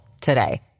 today